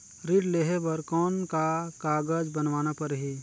ऋण लेहे बर कौन का कागज बनवाना परही?